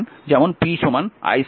যেমন p i2 R